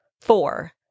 Four